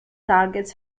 targets